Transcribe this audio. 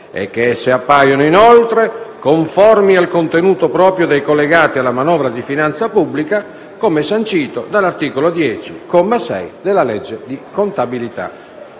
e che esse appaiono, inoltre, conformi al contenuto proprio dei collegati alla manovra di finanza pubblica, come sancito dall'articolo 10, comma 6, della legge di contabilità».